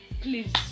Please